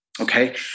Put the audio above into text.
okay